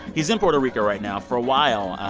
he's in puerto rico right now for a while,